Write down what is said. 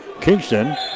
Kingston